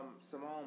Simone